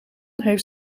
heeft